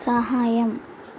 సహాయం